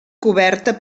coberta